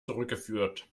zurückgeführt